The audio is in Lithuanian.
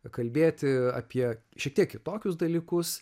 kalbėti apie šiek tiek kitokius dalykus